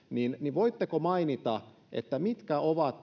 voitteko mainita mitkä ovat